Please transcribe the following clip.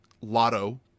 lotto